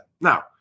Now